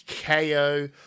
KO